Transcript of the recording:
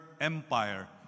Empire